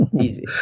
Easy